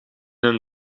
hun